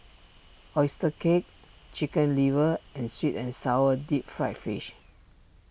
Oyster Cake Chicken Liver and Sweet and Sour Deep Fried Fish